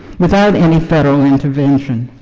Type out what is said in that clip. without any federal intervention.